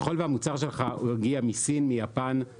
ככל שהמוצר שלך הגיע מסין, מיפן, מקוריאה,